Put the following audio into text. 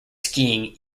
skiing